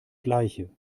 gleiche